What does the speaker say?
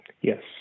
Yes